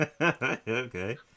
Okay